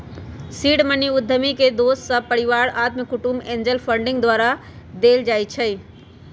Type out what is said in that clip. seed money उद्यमी के दोस सभ, परिवार, अत्मा कुटूम्ब, एंजल फंडिंग द्वारा देल जाइ छइ